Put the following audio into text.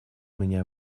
меня